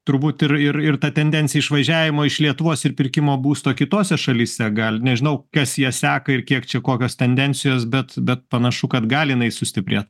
turbūt ir ir ir ta tendencija išvažiavimo iš lietuvos ir pirkimo būsto kitose šalyse gali nežinau kas ją seka ir kiek čia kokios tendencijos bet bet panašu kad gali jinai sustiprėt